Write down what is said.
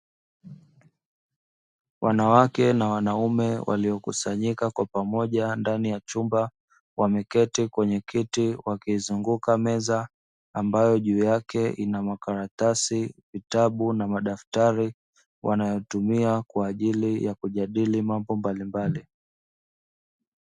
Wanawake na wanaume waliokusanyika kwa pamoja ndani ya chumba , wameketi kwenye kiti wakizunguka meza ambayo juu yake ina makaratasi , vitabu na madaftari wanayotumia kwa ajili ya kujadili mambo mbalimbali.